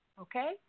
okay